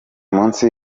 munsi